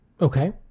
Okay